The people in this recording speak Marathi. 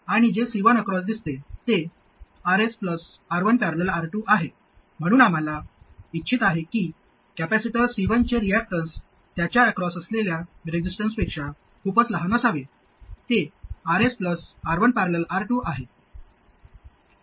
आणि जे C1 अक्रॉस दिसते ते Rs R1 ।। R2 आहे म्हणून आम्हाला इच्छित आहे की कॅपेसिटर C1 चे रिएक्टन्स त्याच्या अक्रॉस असलेल्या रेसिस्टन्सपेक्षा खूपच लहान असावे ते Rs R1 ।। R2 आहे